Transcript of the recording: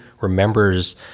remembers